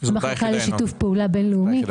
המחלקה לשיתוף פעולה בין-לאומי.